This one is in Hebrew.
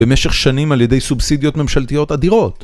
במשך שנים על ידי סובסידיות ממשלתיות אדירות